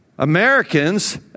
Americans